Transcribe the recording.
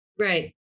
right